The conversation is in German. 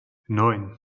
neun